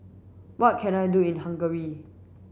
what can I do in Hungary